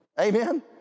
Amen